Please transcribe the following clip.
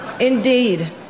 indeed